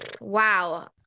Wow